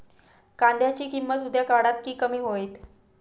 कांद्याची किंमत उद्या वाढात की कमी होईत?